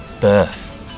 birth